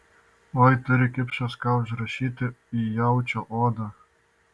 oi turi kipšas ką užrašyti į jaučio odą